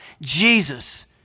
Jesus